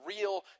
real